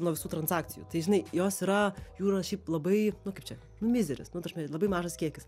nuo visų transakcijų tai žinai jos yra jų yra šiaip labai nu kaip čia mizeris nu ta prasme labai mažas kiekis